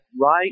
right